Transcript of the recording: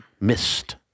Missed